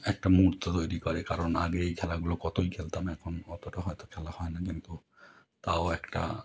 একটা মুহূর্ত তৈরি করে কারণ আগে এই খেলাগুলো কতই খেলতাম এখন অতটা হয়তো খেলা হয় না কিন্তু তাও একটা